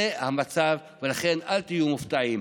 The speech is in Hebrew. זה המצב ולכן אל תהיו מופתעים.